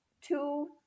two